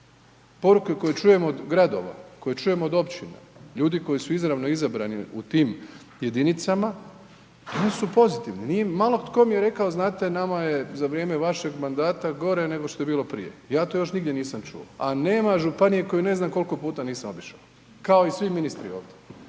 Poruke koje čujem od gradova, koje čujem od općina, ljudi koji su izravno izabrani u tim jedinicama oni su pozitivni i malo tko mi je rekao znate nama je za vrijeme vašeg mandata gore nego što je bilo prije, ja to još nigdje nisam čuo, a nema županije koju ne znam kolko puta nisam obišo, kao i svi ministri ovdje,